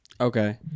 Okay